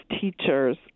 teachers